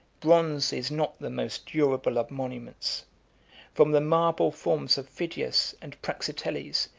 bronze is not the most durable of monuments from the marble forms of phidias and praxiteles,